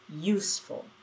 useful